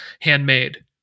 handmade